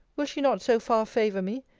will she not so far favour me?